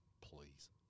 Please